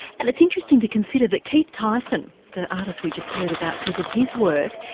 and it's interesting to consider that keith tyson, the artist we just heard about says of his work,